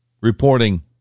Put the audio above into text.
reporting